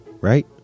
Right